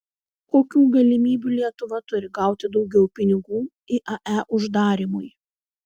kokių galimybių lietuva turi gauti daugiau pinigų iae uždarymui